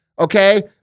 okay